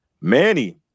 Manny